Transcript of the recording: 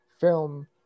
film